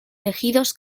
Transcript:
elegidos